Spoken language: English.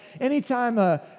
Anytime